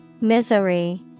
Misery